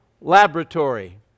laboratory